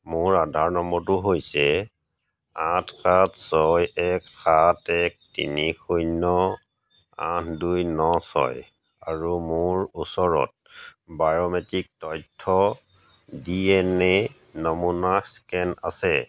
মোৰ আধাৰ নম্বৰটো হৈছে আঠ সাত ছয় এক সাত এক তিনি শূন্য আঠ দুই ন ছয় আৰু মোৰ ওচৰত বায়োমেট্ৰিক তথ্য ডি এন এ নমুনা স্কেন আছে